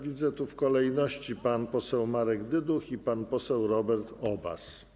Widzę tu w kolejności: pan poseł Marek Dyduch i pan poseł Robert Obaz.